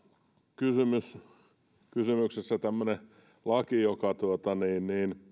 kysymyksessä tämmöinen laki